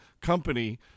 company